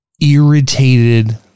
irritated